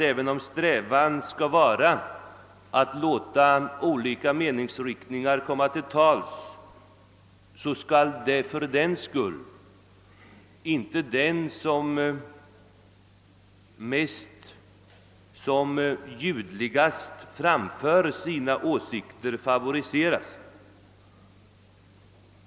Även om strävan skall vara att låta olika meningsriktningar komma till tals, så skall inte fördenskull den som ljudligast framför sina åsikter favoriseras.